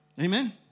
Amen